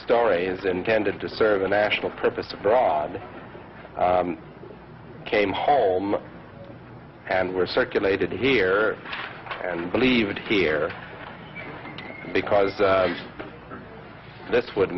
story is intended to serve a national purpose abroad came home and were circulated here and believed here because this would